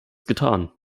getan